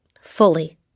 fully